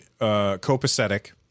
copacetic